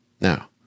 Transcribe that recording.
Now